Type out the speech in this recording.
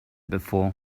before